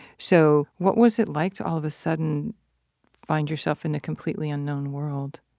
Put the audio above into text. so what was it like to all of a sudden find yourself in a completely unknown world?